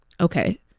Okay